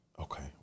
Okay